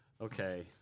Okay